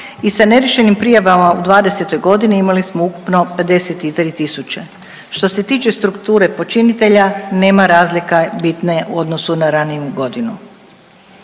i sa neriješenim prijavama u 2020. godini imali smo ukupno 53000. Što se tiče strukture počinitelja nema razlika biti u odnosu na raniju godinu.